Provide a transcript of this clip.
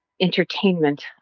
entertainment